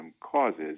causes